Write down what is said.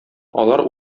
алар